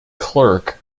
clerk